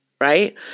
right